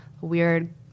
weird